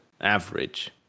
average